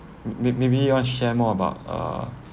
may~ maybe you want to share more about uh